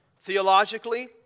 Theologically